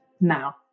now